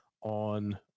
on